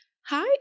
Hi